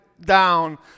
down